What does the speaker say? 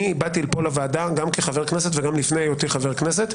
אני באתי לפה לוועדה גם כחבר הכנסת וגם לפני היותי חבר הכנסת,